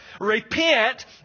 Repent